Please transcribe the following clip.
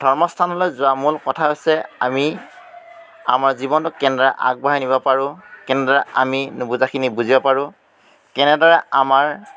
ধৰ্মস্থানলৈ যোৱা মূল কথা হৈছে আমি আমাৰ জীৱনটোক কেনেদৰে আগবঢ়াই নিব পাৰোঁ কেনেদৰে আমি নুবুজাখিনি বুজিব পাৰোঁ কেনেদৰে আমাৰ